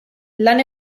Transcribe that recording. lan